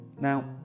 Now